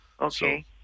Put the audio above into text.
okay